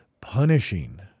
punishing